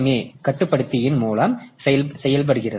ஏ கட்டுப்படுத்தியின் மூலம் செய்யப்படுகிறது